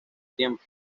tiempo